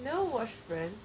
you never watch friends